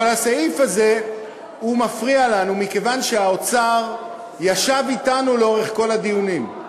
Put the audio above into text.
אבל הסעיף הזה מפריע לנו מכיוון שהאוצר ישב אתנו לאורך כל הדיונים,